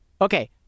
okay